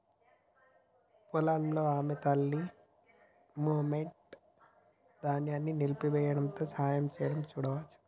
పొలాల్లో ఆమె తల్లి, మెమ్నెట్, ధాన్యాన్ని నలిపివేయడంలో సహాయం చేయడం చూడవచ్చు